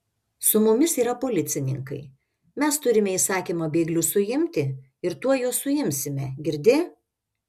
su mumis yra policininkai mes turime įsakymą bėglius suimti ir tuoj juos suimsime girdi